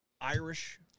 Irish